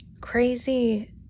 crazy